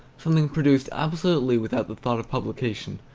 something produced absolutely without the thought of publication,